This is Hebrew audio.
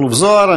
מכלוף מיקי זוהר.